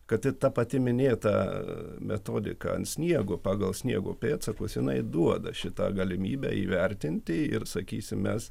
kad ir ta pati minėta metodika ant sniego pagal sniego pėdsakus jinai duoda šitą galimybę įvertinti ir sakysim mes